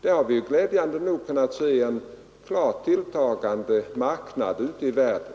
Där har vi glädjande nog kunnat se en klart tilltagande marknad ute i världen.